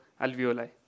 alveoli